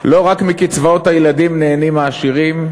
לא רק מקצבאות הילדים נהנים העשירים,